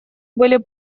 были